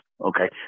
okay